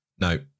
No